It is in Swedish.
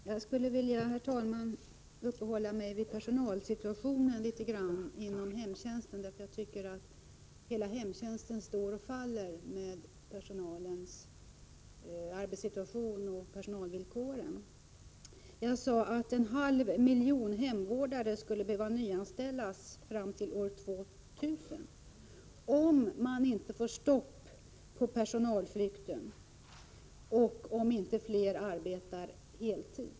Herr talman! Jag skulle vilja uppehålla mig vid personalsituationen inom hemtjänsten, eftersom hela hemtjänsten står och faller med personalens arbetssituation och villkor. Jag sade att en halv miljon hemvårdare skulle behöva nyanställas fram till år 2000, om inte personalflykten stoppas och fler arbetar heltid.